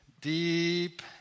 Deep